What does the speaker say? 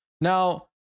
Now